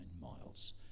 miles